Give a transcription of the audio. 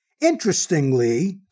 Interestingly